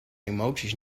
emoties